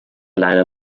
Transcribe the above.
leider